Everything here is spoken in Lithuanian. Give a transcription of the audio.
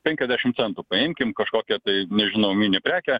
penkiasdešim centų paimkim kažkokią tai nežinau mini prekę